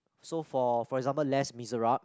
so for for example Les-Miserables